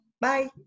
Bye